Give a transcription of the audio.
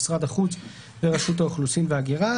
משרד החוץ ורשות האוכלוסין וההגירה.